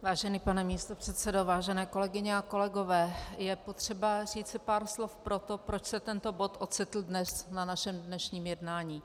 Vážený pane místopředsedo, vážené kolegyně a kolegové, je potřeba říci pár slov, proč se tento bod ocitl na našem dnešním jednání.